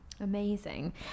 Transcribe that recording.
Amazing